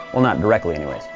well, not directly, anyways.